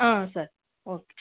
sir okay